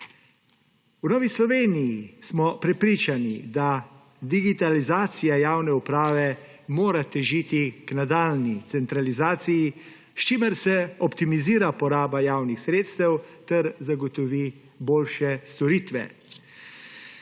V Novi Sloveniji smo prepričani, da digitalizacija javne uprave mora težiti k nadaljnji centralizaciji, s čimer se optimizira poraba javnih sredstev ter zagotovi boljše storitve.